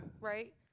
Right